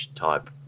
type